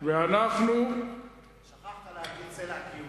ואנחנו, שכחת להגיד: סלע קיומנו.